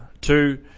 Two